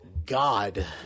God